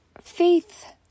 faith